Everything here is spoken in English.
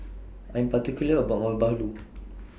I Am particular about Our Bahulu